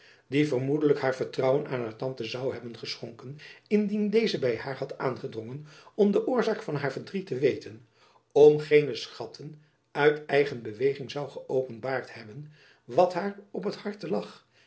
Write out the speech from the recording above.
die vermoedelijk haar vertrouwen aan haar tante zoû hebben geschonken indien deze by haar had aangedrongen om de oorzaak van haar verdriet te weten om geene schatten uit eigen beweging zoû geöpenbaard hebben wat haar op het harte lag